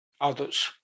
others